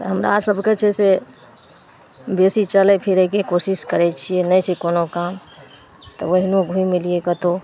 तऽ हमरासभकेँ छै से बेसी चलै फिरैके कोशिश करै छिए नहि छै कोनो काम तऽ ओहिनो घुमि अएलिए कतहु